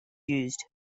used